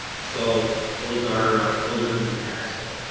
so those are those are gonna be taxable.